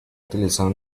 utilizado